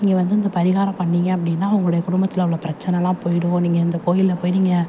நீங்கள் வந்து இந்த பரிகாரம் பண்ணீங்க அப்படின்னா உங்களுடைய குடும்பத்தில் உள்ள பிரச்சனல்லாம் போய்விடும் நீங்கள் இந்தக் கோவில்ல போய் நீங்கள்